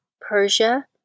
Persia